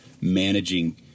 managing